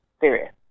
serious